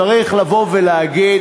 צריך לבוא ולהגיד,